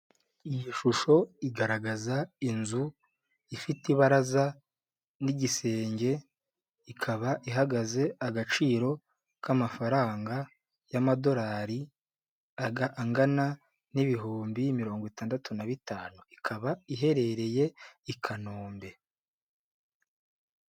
Iyi shusho igaragaza inzu ifite ibaraza n'igisenge, ikaba ihagaze agaciro k'amafaranga y'amadorari angana n'ibihumbi mirongo itandatu na bitanu, ikaba iherereye i Kanombe.